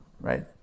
Right